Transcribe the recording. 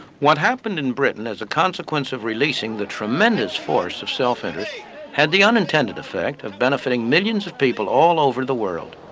what happened in britain as a consequence of releasing the tremendous force of self-interest had the unintended effect of benefiting millions of people all over the world,